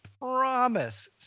promise